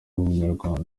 umunyarwanda